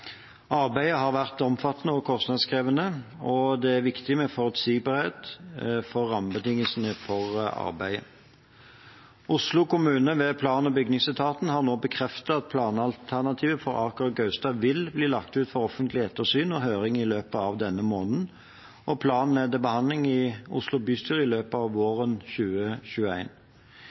Arbeidet har vært omfattende og kostnadskrevende, og det er viktig med forutsigbarhet i rammebetingelsene for arbeidet. Oslo kommune ved plan- og bygningsetaten har nå bekreftet at planalternativet for Aker og Gaustad vil bli lagt ut til offentlig ettersyn og høring i løpet av denne måneden, og planen er til behandling i Oslo bystyre i løpet av våren